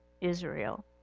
Israel